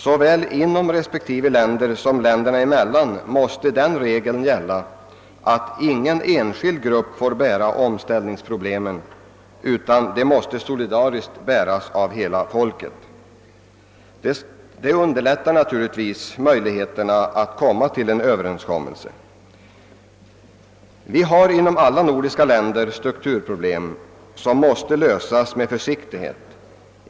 Såväl inom respektive länder som länderna emellan måste den regeln gälla, att ingen enskild grupp skall bära omställningsproblemen, utan dessa måste solidariskt bäras av hela folket. Det bör underlätta möjligheterna att nå en överenskommelse. Vi har inom alla nordiska länder strukturproblem, och dessa måste lösas med försiktighet.